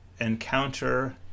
encounter